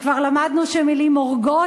כבר למדנו שמילים הורגות,